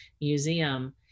museum